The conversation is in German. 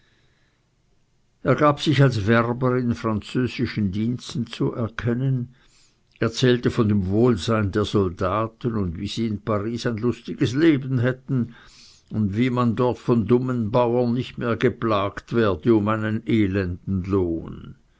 er gab sich als werber in französischen diensten zu erkennen erzählte von dem wohlsein der soldaten und wie sie in paris ein lustiges leben hätten und wie man dort von dummen bauern nicht mehr geplagt werde um einen elenden lohn